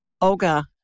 Olga